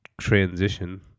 transition